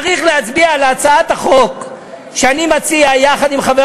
צריך להצביע בעד הצעת החוק שאני מציע יחד עם חבר